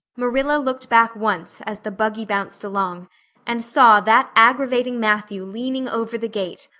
marilla looked back once as the buggy bounced along and saw that aggravating matthew leaning over the gate,